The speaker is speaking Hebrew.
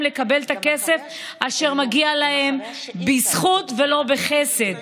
לקבל את הכסף אשר מגיע להם בזכות ולא בחסד.